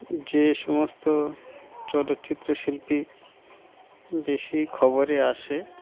যে সমস্ত চলচ্চিত্র শিল্পী বেশি খবরে আসে